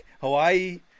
Hawaii